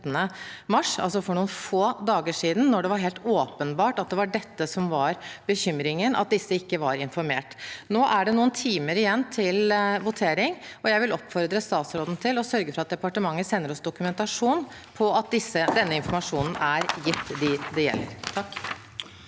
for noen få dager siden, når det var helt åpenbart at det var dette som var bekymringen, at disse ikke var informert. Nå er det noen timer igjen til votering, og jeg vil oppfordre statsråden til å sørge for at departementet sender oss dokumentasjon om at denne informasjonen er gitt dem det gjelder.